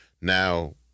now